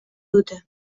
dute